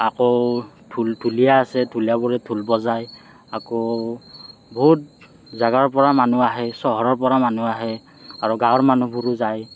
আকৌ ঢোলীয়া আছে ঢোলীয়াবোৰে ঢোল বজায় আকৌ বহুত জেগাৰপৰা মানুহ আহে চহৰৰ পৰা মানুহ আহে আৰু গাঁৱৰ মানুহবোৰো যায়